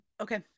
Okay